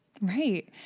right